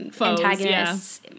antagonists